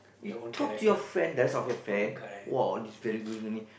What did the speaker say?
you talk to your friend the rest of your friend !wah! all these very good gini gini